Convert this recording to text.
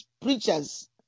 preachers